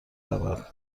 رود